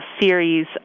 series